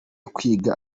kwiga